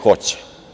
Hoće.